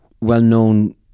well-known